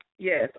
Yes